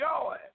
joy